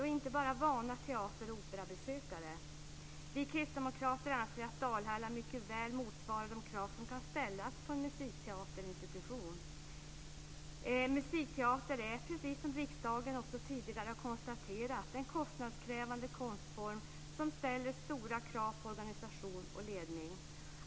Det är inte bara vana teater och operabesökare. Vi kristdemokrater anser att Dalhalla mycket väl motsvarar de krav som kan ställas på en musikteaterinstitution. Musikteater är, precis som riksdagen tidigare har konstaterat, en kostnadskrävande konstform som ställer stora krav på organisation och ledning.